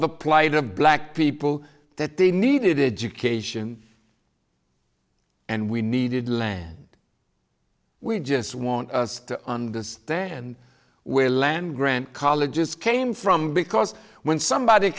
the plight of black people that they needed to cation and we needed land we just want to understand where land grant colleges came from because when somebody